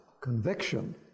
conviction